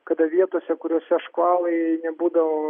kada vietose kuriose škvalai nebūdavo